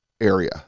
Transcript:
area